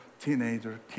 teenager